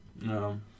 No